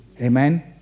Amen